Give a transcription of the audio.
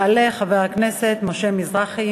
אנחנו עוברים להצעה הבאה.